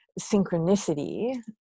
synchronicity